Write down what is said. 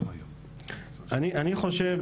אני חושב,